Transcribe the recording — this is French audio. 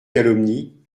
calomnie